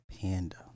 panda